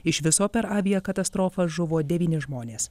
iš viso per aviakatastrofą žuvo devyni žmonės